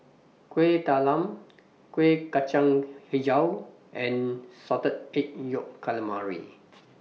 Kuih Talam Kueh Kacang Hijau and Salted Egg Yolk Calamari